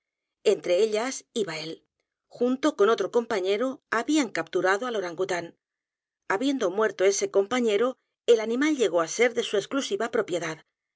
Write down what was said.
e ellas iba él junto con otro compañero habían capturado al orangután habiendo muerto ese compañero el animal llegó á ser d e s u exclusiva propiedad